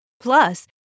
Plus